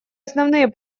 основные